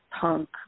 punk